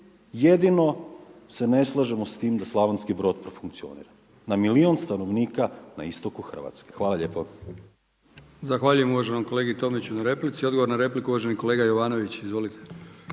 jedino se ne slažemo s tim da Slavonski Brod profunkcionira. Na milijun stanovnika na istoku Hrvatske. Hvala lijepa. **Brkić, Milijan (HDZ)** Zahvaljujem uvaženom kolegi Tomiću na replici. Odgovor na repliku, uvaženi kolega Jovanovnić. Izvolite.